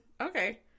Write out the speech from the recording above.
Okay